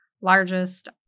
largest